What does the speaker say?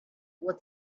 what